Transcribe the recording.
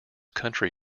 country